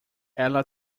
ela